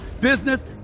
business